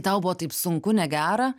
tau buvo taip sunku negera